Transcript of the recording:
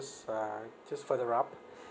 just uh just further up